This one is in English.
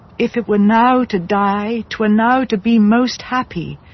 if it were now to die, twere now to be most happy,